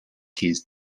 keys